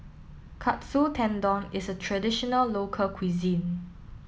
Katsu Tendon is a traditional local cuisine